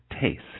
taste